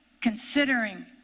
considering